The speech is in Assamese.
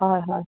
হয় হয়